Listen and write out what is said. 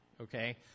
okay